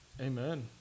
amen